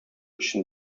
өчен